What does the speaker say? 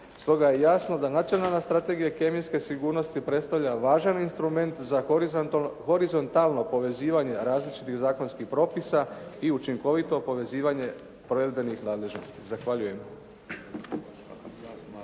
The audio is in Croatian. Stoga je jasno da Nacionalna strategija kemijske sigurnosti predstavlja važan instrument za horizontalno povezivanje različitih zakonskih propisa i učinkovito povezivanje provedbenih nadležnosti. Zahvaljujem.